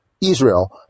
Israel